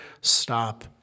stop